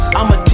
I'ma